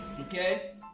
Okay